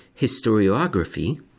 historiography